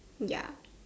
ya